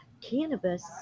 cannabis